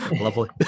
Lovely